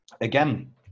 again